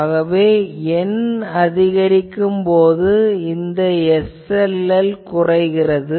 ஆகவே N அதிகரிக்கும் போது இந்த SLL குறைகிறது